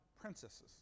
princesses